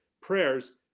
prayers